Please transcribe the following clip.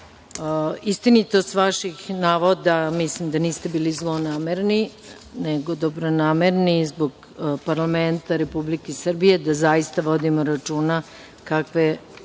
istinitost vaših navoda. Mislim, da niste bili zlonamerni nego dobronamerni i zbog parlamenta Republike Srbije da zaista vodimo računa kakve